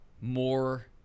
more